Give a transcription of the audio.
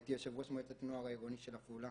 הייתי יושב ראש מועצת הנוער העירונית של עפולה,